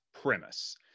premise